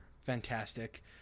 fantastic